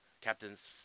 Captain's